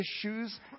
issues